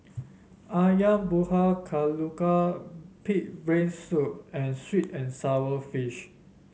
ayam Buah Keluak pig brain soup and sweet and sour fish